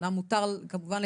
אמנם מותר כמובן,